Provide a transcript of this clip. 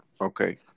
Okay